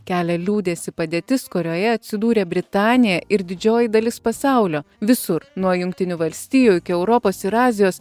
kelia liūdesį padėtis kurioje atsidūrė britanija ir didžioji dalis pasaulio visur nuo jungtinių valstijų iki europos ir azijos